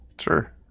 Sure